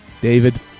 David